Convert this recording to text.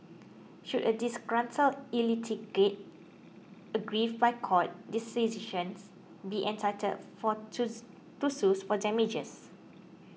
should a disgruntled aggrieved by court decisions be entitled for to to sues for damages